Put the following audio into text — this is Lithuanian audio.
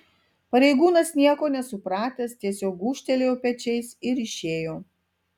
pareigūnas nieko nesupratęs tiesiog gūžtelėjo pečiais ir išėjo